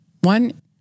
one